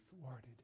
thwarted